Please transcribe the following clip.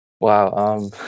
wow